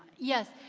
yes.